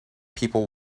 people